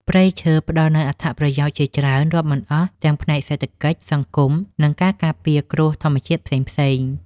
ព្រៃឈើផ្តល់នូវអត្ថប្រយោជន៍ជាច្រើនរាប់មិនអស់ទាំងផ្នែកសេដ្ឋកិច្ច សង្គម និងការការពារគ្រោះធម្មជាតិផ្សេងៗ។